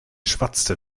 schwatzte